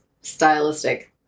stylistic